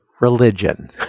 religion